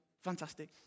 Fantastic